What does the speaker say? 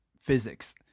physics